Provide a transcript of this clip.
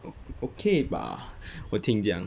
okay ba 我听讲